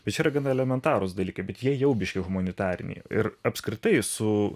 visi yra gana elementarūs dalykai bet jie jau biškį humanitariniai ir apskritai su